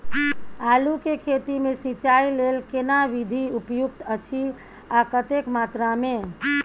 आलू के खेती मे सिंचाई लेल केना विधी उपयुक्त अछि आ कतेक मात्रा मे?